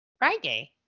Friday